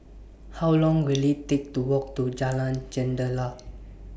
How Long Will IT Take to Walk to Jalan Jendela